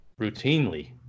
routinely